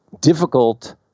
difficult